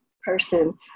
person